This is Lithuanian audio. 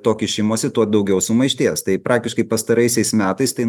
to kišimosi tuo daugiau sumaišties tai praktiškai pastaraisiais metais tai